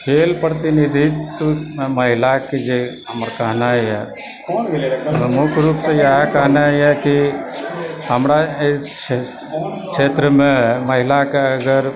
खेल प्रतिनिधित्वमे महिलाके जे हमर कहनाइ यऽ मुख्य रूपसँ इएह कहनाइ यऽ कि हमरा एहि क्षेत्रमे महिलाके अगर